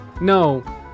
no